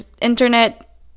internet